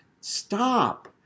stop